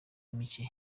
mike